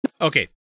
Okay